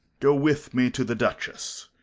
go with me to the duchess.